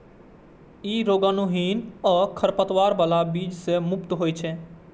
ई रोगाणुहीन आ खरपतवार बला बीज सं मुक्त होइ छै